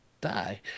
die